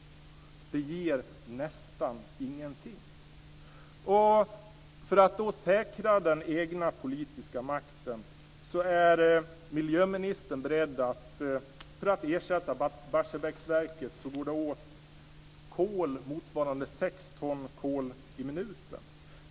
Det ger nästan ingenting. Det handlar om att säkra den egna politiska makten. För att ersätta Barsebäcksverket går det åt motsvarande 6 ton kol i minuten.